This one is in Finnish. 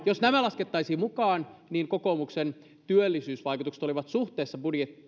jos nämä laskettaisiin mukaan niin kokoomuksen työllisyysvaikutukset olisivat suhteessa